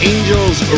Angels